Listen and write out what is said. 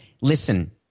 listen